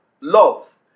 love